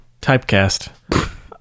Typecast